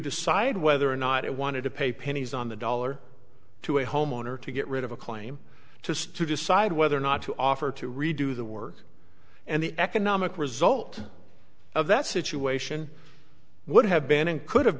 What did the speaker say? decide whether or not it wanted to pay pennies on the dollar to a homeowner to get rid of a claim to to decide whether or not to offer to redo the work and the economic result of that situation would have been and could have